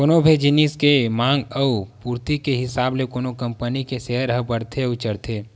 कोनो भी जिनिस के मांग अउ पूरति के हिसाब ले कोनो कंपनी के सेयर ह बड़थे अउ चढ़थे